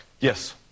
Yes